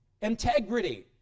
integrity